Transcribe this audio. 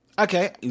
Okay